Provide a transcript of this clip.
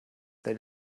they